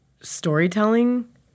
storytelling